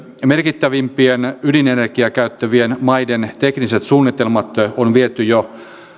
merkittävimpien ydinenergiaa käyttävien maiden tekniset suunnitelmat on viety jo